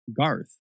Garth